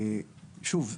שוב,